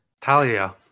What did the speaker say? Talia